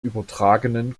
übertragenen